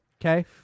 Okay